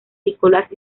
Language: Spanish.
nicolás